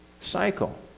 cycle